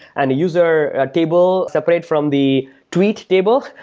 and a user table separate from the tweet table,